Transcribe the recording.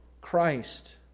Christ